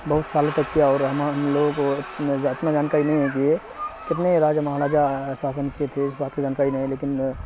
بہت سالوں تک کیا اور ہم ہم لوگوں کو اتنا جانکاری نہیں ہے کی ہے کتنے راجا مہاراجہ ساسن کیے تھے اس بات کی جانکاری نہیں لیکن